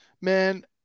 Man